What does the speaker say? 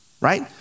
right